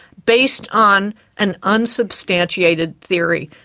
based on an unsubstantiated theory.